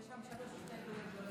יש שם שלוש הסתייגויות.